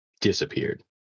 disappeared